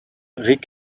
rick